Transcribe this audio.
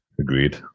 Agreed